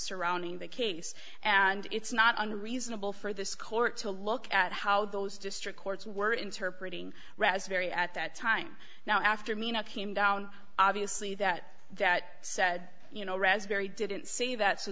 surrounding the case and it's not unreasonable for this court to look at how those district courts were interpreting raspberry at that time now after mina came down obviously that that said you know raspberry didn't say that so